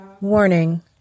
Warning